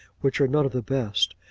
which are none of the best,